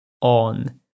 on